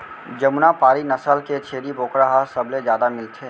जमुना पारी नसल के छेरी बोकरा ह सबले जादा मिलथे